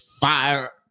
fire